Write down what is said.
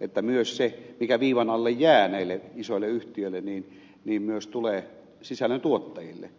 että myös se mikä viivan alle jää näille isoille yhtiöille tulee sisällöntuottajille